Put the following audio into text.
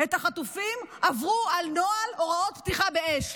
את החטופים עברו על נוהל הוראות פתיחה באש.